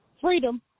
freedom